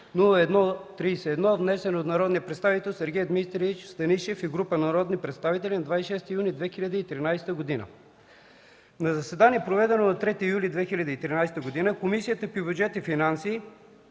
354-01-31, внесен от народния представител Сергей Дмитриевич Станишев и група народни представители на 26 юни 2013 г. На заседание, проведено на 3 юли 2013 г., Комисията по бюджет и финанси